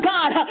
God